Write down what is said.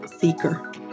seeker